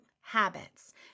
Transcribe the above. habits